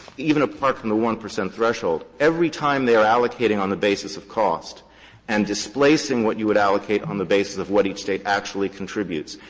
even apart from the one percent threshold, every time they are allocating on the basis of cost and displacing what you would allocate on the basis of what each state actually contributes,